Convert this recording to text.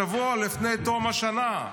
שבוע לפני תום השנה,